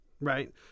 Right